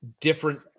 different